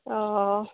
অ' অ'